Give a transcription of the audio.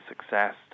success